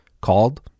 called